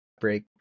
break